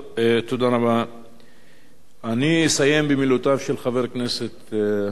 אני אתחיל במילות הסיום של חבר הכנסת חמד עמאר.